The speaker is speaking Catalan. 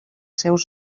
seus